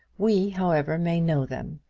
we, however, may know them,